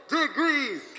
degrees